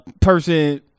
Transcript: person